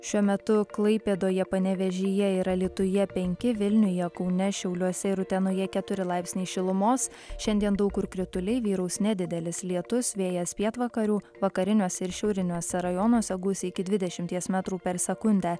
šiuo metu klaipėdoje panevėžyje ir alytuje penki vilniuje kaune šiauliuose ir utenoje keturi laipsniai šilumos šiandien daug kur krituliai vyraus nedidelis lietus vėjas pietvakarių vakariniuose ir šiauriniuose rajonuose gūsiai iki dvidešimties metrų per sekundę